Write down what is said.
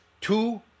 Two